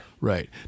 Right